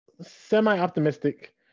semi-optimistic